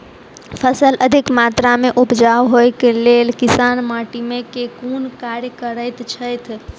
फसल अधिक मात्रा मे उपजाउ होइक लेल किसान माटि मे केँ कुन कार्य करैत छैथ?